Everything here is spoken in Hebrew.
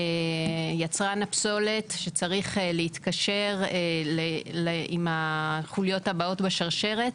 יצרן הפסולת שצריך להתקשר עם החוליות הבאות בשרשרת,